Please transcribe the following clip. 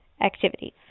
activities